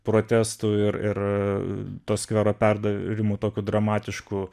protestų ir ir a to skvero perdarimu tokiu dramatišku